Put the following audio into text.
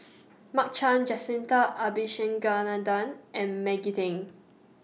Mark Chan Jacintha Abisheganaden and Maggie Teng